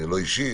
אישי,